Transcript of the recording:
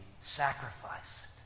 sacrificed